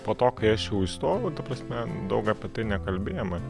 po to kai aš jau įstojau ta prasme daug apie tai nekalbėjome